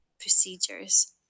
procedures